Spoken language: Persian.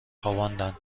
خواباندند